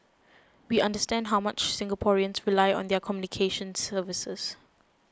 we understand how much Singaporeans rely on their communications services